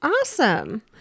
Awesome